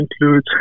includes